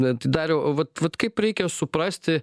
na tai dariau vat vat kaip reikia suprasti